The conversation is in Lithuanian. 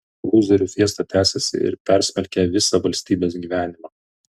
lūzerių fiesta tęsiasi ir persmelkia visą valstybės gyvenimą